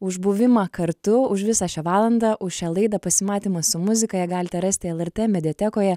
už buvimą kartu už visą šią valandą už šią laidą pasimatymas su muzika ją galite rasti lrt mediatekoje